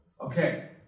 Okay